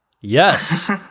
Yes